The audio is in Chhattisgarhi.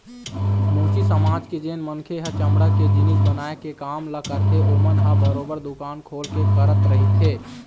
मोची समाज के जेन मनखे ह चमड़ा के जिनिस बनाए के काम ल करथे ओमन ह बरोबर दुकान खोल के करत रहिथे